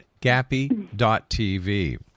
Gappy.tv